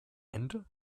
ende